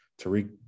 Tariq